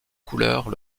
couleurs